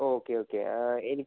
okay okay ആ എനിക്ക്